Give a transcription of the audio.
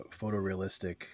photorealistic